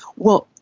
well,